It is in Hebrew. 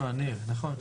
עדיף, נכון.